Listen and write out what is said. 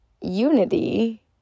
unity